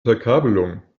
verkabelung